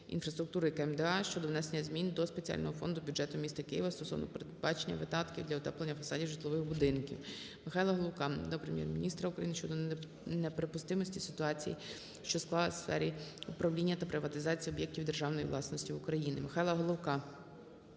інфраструктури КМДА щодо внесення змін до спеціального фонду бюджету міста Києва стосовно передбачення видатків для утеплення фасадів житлових будинків. Михайла Головка до Прем'єр-міністра України щодо неприпустимості ситуації, що склалась у сфері управління та приватизації об'єктів державної власності в Україні.